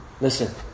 Listen